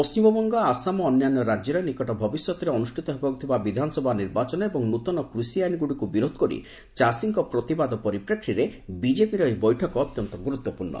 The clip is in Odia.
ପଣ୍ଢିମବଙ୍ଗ ଆସାମ ଓ ଅନ୍ୟାନ୍ୟ ରାଜ୍ୟରେ ନିକଟ ଭବିଷ୍ୟତରେ ଅନୁଷ୍ଠିତ ହେବାକୁ ଥିବା ବିଧାନସଭା ନିର୍ବାଚନ ଏବଂ ନୂତନ କୃଷି ଆଇନଗୁଡ଼ିକୁ ବିରୋଧ କରି ଚାଷୀଙ୍କ ପ୍ରତିବାଦ ପରିପ୍ରେକ୍ଷୀରେ ବିଜେପିର ଏହି ବୈଠକ ଅତ୍ୟନ୍ତ ଗୁରୁତ୍ୱପୂର୍ଣ୍ଣ